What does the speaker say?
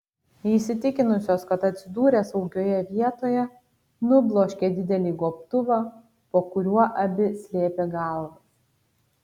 įsitikinusios kad atsidūrė saugioje vietoje nubloškė didelį gobtuvą po kuriuo abi slėpė galvas